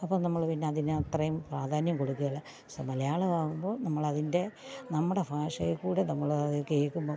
അപ്പോൾ നമ്മൾ പിന്നെ അതിനെ അത്രേം പ്രാധാന്യം കൊടുക്കേല സൊ മലയാളം ആകുമ്പോൾ നമ്മളതിന്റെ നമ്മുടെ ഭാഷേക്കൂടെ നമ്മളത് കേൾക്കുമ്പം